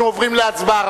אנחנו עוברים להצבעה.